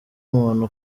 umuntu